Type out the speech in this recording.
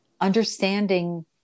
understanding